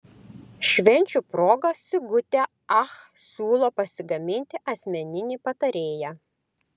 švenčių proga sigutė ach siūlo pasigaminti asmeninį patarėją